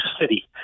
city